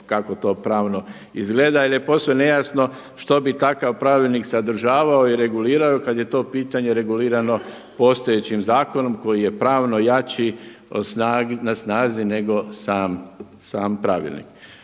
kako to pravno izgleda jer je posve nejasno što bi takav pravilnik sadržavao i regulirao kad je to pitanje regulirano postojećim zakonom koji je pravno jači na snazi nego sam pravilnik.